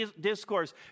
discourse